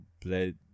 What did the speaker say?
bled